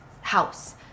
house